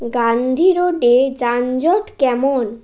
গান্ধি রোডে যানজট কেমন